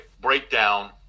breakdown